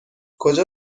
کجا